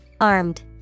Armed